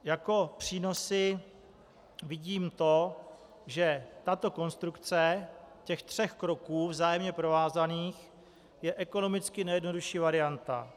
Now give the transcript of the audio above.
Jako přínosy vidím to, že konstrukce těchto tří kroků vzájemně provázaných je ekonomicky nejjednodušší varianta.